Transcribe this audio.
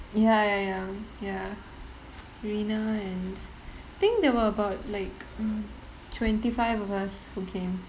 ya ya ya ya rena and I think they were about like um twenty five of us who came